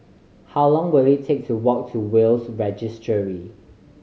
how long will it take to walk to Will's Registry